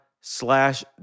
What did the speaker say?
slash